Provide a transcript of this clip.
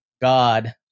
God